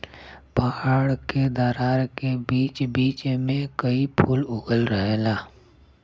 पहाड़ के दरार के बीच बीच में इ फूल उगल रहेला